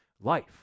life